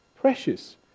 precious